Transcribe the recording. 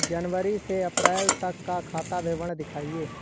जनवरी से अप्रैल तक का खाता विवरण दिखाए?